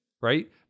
Right